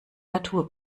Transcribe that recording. natur